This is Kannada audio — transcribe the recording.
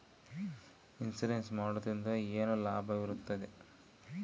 ಇನ್ಸೂರೆನ್ಸ್ ಮಾಡೋದ್ರಿಂದ ಏನು ಲಾಭವಿರುತ್ತದೆ?